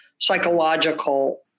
psychological